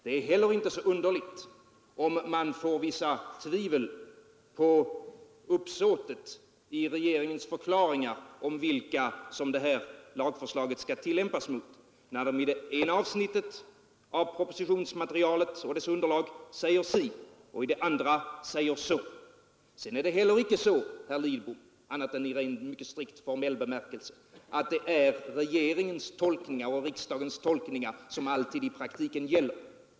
Det är heller inte så underligt om man får vissa tvivel på uppsåtet i regeringens förklaringar om vilka som det här lagförslaget skall tillämpas mot, när man i det ena avsnittet av propositionen och dess underlag säger si och i det andra säger så. Sedan är det heller icke så, herr Lidbom, annat än i mycket strikt formell bemärkelse, att det är regeringens tolkningar och riksdagens tolkningar som alltid gäller i praktiken.